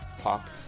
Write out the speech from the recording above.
Pop